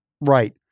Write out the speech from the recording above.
Right